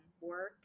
work